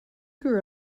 grew